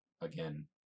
again